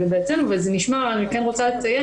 אני כן רוצה לציין,